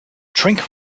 drink